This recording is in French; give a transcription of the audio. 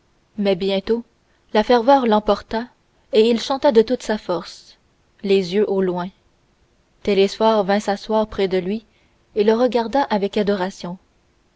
mais bientôt la ferveur l'emporta et il chanta de toute sa force les yeux au loin télesphore vint s'asseoir près de lui et le regarda avec adoration